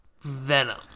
Venom